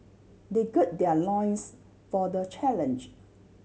they gird their loins for the challenge